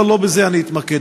אבל לא בזה אני אתמקד.